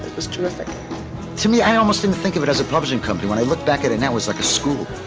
was terrific to me i almost didn't think of it as a publishing company. when i look back at. and that was like a school.